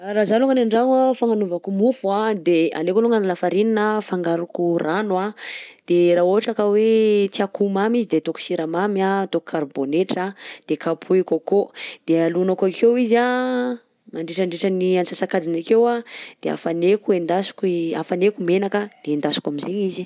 Raha zaho alongany an-dragno anh, fagnanaovako mofo anh de alaiko alongany ny lafarinina afangaroko rano anh de raha ohatra ka hoe tiako ho mamy izy de atako siramamy anh, ataoko karbônetra anh, de kapohiko akao de alonako akeo izy anh mandritrandritran'ny antsasak'adiny akeo anh de afanaiko endasiko i- afanaiko menaka de endasiko am'zaigny izy.